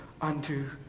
unto